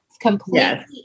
completely